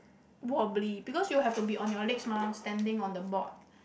wobbly because you have to be on your legs mah standing on the board